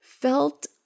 felt